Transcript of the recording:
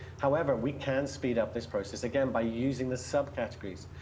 however, we can speed up this process again by using the subcategories,